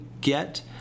get